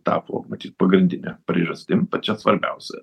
tapo matyt pagrindine priežastim pačia svarbiausia